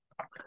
Okay